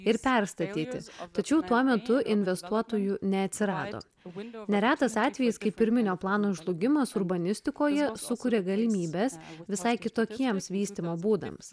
ir perstatyti tačiau tuo metu investuotojų neatsirado vilniuje neretas atvejis kai pirminio plano žlugimas urbanistikoje sukuria galimybes visai kitokiems vystymo būdams